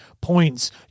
points